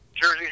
Jersey